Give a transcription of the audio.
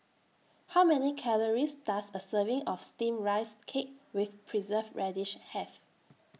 How Many Calories Does A Serving of Steamed Rice Cake with Preserved Radish Have